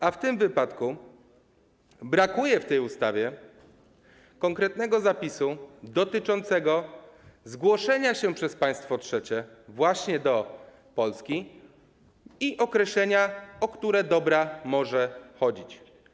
A w tym wypadku brakuje w tej ustawie konkretnego zapisu dotyczącego zgłoszenia się przez państwo trzecie właśnie do Polski i określenia, o które dobra może chodzić.